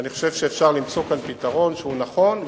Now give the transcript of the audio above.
ואני חושב שאפשר למצוא כאן פתרון שהוא נכון,